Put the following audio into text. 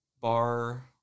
bar